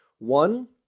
One